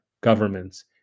governments